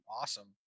awesome